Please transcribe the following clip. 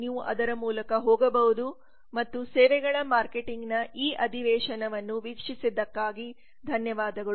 ನೀವು ಅದರ ಮೂಲಕ ಹೋಗಬಹುದು ಮತ್ತು ಸೇವೆಗಳ ಮಾರ್ಕೆಟಿಂಗ್ ನ ಈ ಅಧಿವೇಶನವನ್ನು ವೀಕ್ಷಿಸಿದ್ದಕ್ಕಾಗಿ ಧನ್ಯವಾದಗಳು